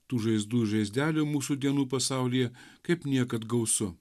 tų žaizdų žaizdelių mūsų dienų pasaulyje kaip niekad gausu